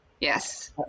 Yes